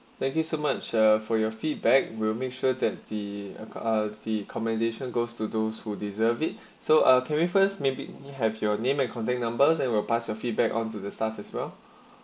thank you so much for your feedback will make sure that the the equality commendation goes to those who deserve it so I can refund may be you have your name and contact numbers and will pass your feedback onto the staff as well